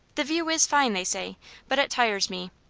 the view is fine, they say but it tires me.